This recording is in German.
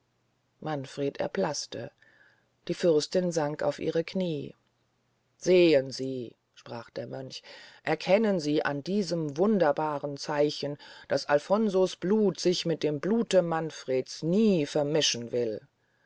manfred erblaßte die fürstin sank auf ihre knie sehn sie sprach der mönch erkennen sie an diesem wunderbaren zeichen daß alfonso's blut sich mit dem blute manfreds nie vermischen will